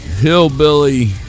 hillbilly